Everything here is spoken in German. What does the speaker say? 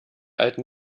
alten